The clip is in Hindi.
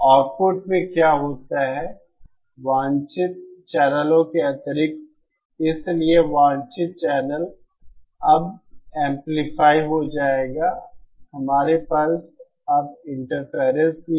आउटपुट में क्या होता है वांछित चैनलों के अतिरिक्त इसलिए वांछित चैनल अब एंपलीफाय हो जाएंगे हमारे पास अब इंटरफेरर्स भी हैं